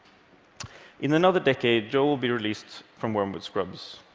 in another decade, joe will be released from wormwood scrubs.